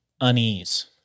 unease